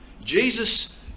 Jesus